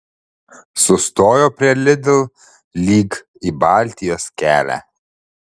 sustojo prie lidl lyg į baltijos kelią